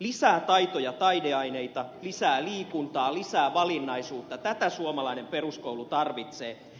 lisää taito ja taideaineita lisää liikuntaa lisää valinnaisuutta tätä suomalainen peruskoulu tarvitsee